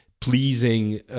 pleasing